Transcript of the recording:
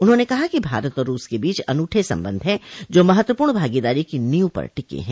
उन्होंने कहा कि भारत और रूस के बीच अनूठे संबंध हैं जो महत्वपूर्ण भागीदारी की नींव पर टिके हैं